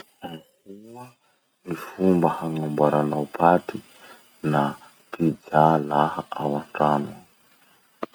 Ahoa gny fomba hagnamboarano paty na pizza laha ao antrano?